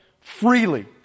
freely